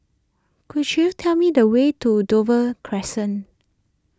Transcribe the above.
could you tell me the way to Dover Crescent